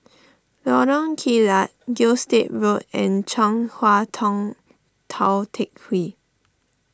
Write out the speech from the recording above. Lorong Kilat Gilstead Road and Chong Hua Tong Tou Teck Hwee